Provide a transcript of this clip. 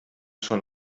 schon